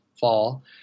fall